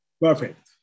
Perfect